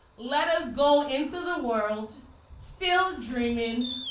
let us go into the world still dreaming,